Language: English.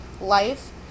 life